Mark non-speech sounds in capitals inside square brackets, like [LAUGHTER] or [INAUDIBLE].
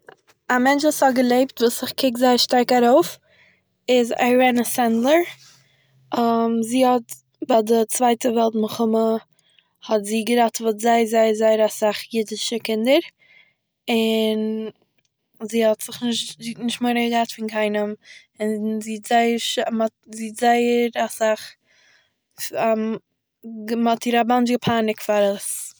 א מענטש וואס איך קוק שטארק ארויף איז, איירענע סענדלער, [HESITATION] זי האט ביי די צווייטע וועלט מלחמה האט זי געראטעוועט זייער זייער אסאך יידישע קינדער, און זי האט זיך נישט- זי האט נישט מורא געהאט פון קיינעם, און זי האט זייער ש- זי האט זייער אסאך [HESITATION] מ'האט איר א באנטש געפייניגט פאר דאס